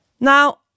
Now